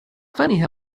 funny